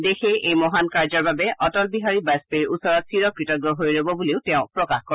দেশে এই মহান কাৰ্যৰ বাবে অটল বিহাৰী বাজপেয়ীৰ ওচৰত চিৰকৃতজ্ঞ হৈ ৰ'ব বুলিও তেওঁ প্ৰকাশ কৰে